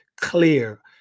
clear